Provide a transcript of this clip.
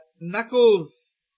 Knuckles